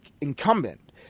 incumbent